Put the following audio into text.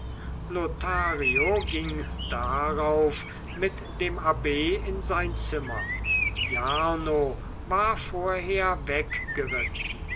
lothario ging darauf mit dem abb in sein zimmer jarno war vorher